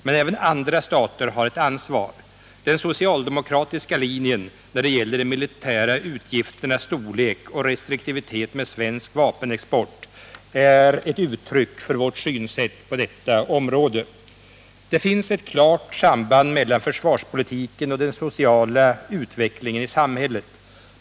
Men även andra stater har ett ansvar. Den socialdemokratiska linjen när det gäller de militära utgifternas storlek och restriktivitet med svensk vapenexport är ett uttryck för vårt synsätt på detta område. Det finns ett klart samband mellan försvarspolitiken och den sociala utvecklingen i samhället.